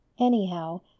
Anyhow